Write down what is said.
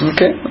Okay